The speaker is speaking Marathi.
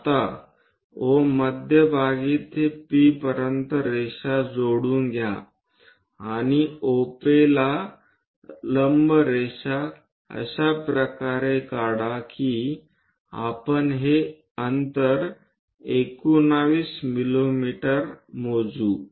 आता O मध्यभागी ते P पर्यंत रेषा जोडून घ्या आणि OPला लंब रेषा अशा प्रकारे काढा की आपण हे अंतर 19 मिमी मोजू